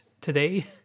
today